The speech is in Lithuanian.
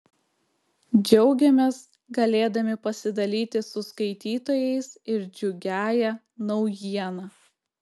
džiaugiamės galėdami pasidalyti su skaitytojais ir džiugiąja naujiena